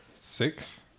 Six